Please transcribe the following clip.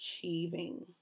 achieving